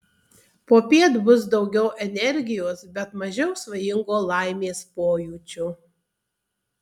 popiet bus daugiau energijos bet mažiau svajingo laimės pojūčio